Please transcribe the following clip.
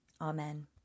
Amen